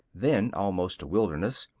then almost a wilderness,